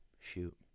Shoot